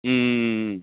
ம் ம் ம் ம்